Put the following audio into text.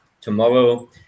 tomorrow